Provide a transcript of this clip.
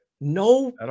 No